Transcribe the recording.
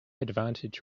advantage